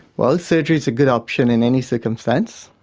well surgery is a good option in any circumstance.